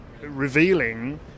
revealing